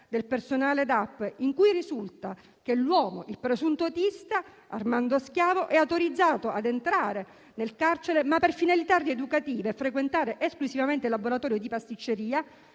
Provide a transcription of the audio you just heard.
del personale, in cui risulta che l'uomo, il presunto autista, Armando Schiavo, è autorizzato a entrare nel carcere per finalità rieducative e frequentare esclusivamente il laboratorio di pasticceria